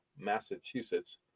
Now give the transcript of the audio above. Massachusetts